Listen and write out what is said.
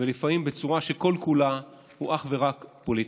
ולפעמים בצורה שכל-כולה אך ורק פוליטיקה.